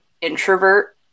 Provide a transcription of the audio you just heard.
introvert